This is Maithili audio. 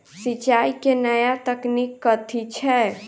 सिंचाई केँ नया तकनीक कथी छै?